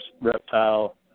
Reptile